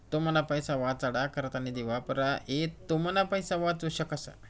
तुमना पैसा वाचाडा करता निधी वापरा ते तुमना पैसा वाचू शकस